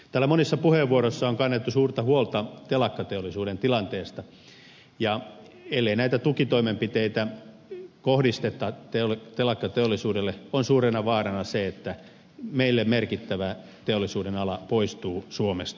täällä monissa puheenvuoroissa on kannettu suurta huolta telakkateollisuuden tilanteesta ja ellei näitä tukitoimenpiteitä kohdisteta telakkateollisuudelle on suurena vaarana se että meille merkittävä teollisuuden ala poistuu suomesta